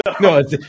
No